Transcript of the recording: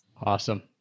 Awesome